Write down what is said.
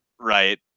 right